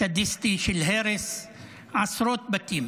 סדיסטי, של הרס עשרות בתים